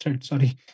Sorry